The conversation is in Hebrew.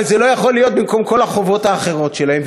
אבל זה לא יכול להיות במקום כל החובות האחרות שלהם,